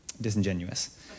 disingenuous